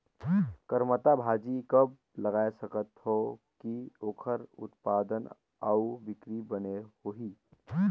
करमत्ता भाजी कब लगाय सकत हो कि ओकर उत्पादन अउ बिक्री बने होही?